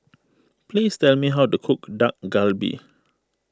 please tell me how to cook Dak Galbi